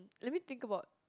let me think about